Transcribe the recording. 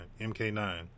MK9